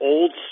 Old